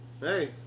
Hey